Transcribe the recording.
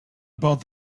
about